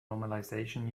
normalization